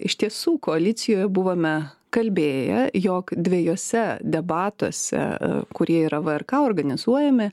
iš tiesų koalicijoj buvome kalbėję jog dviejuose debatuose kurie yra vrk organizuojami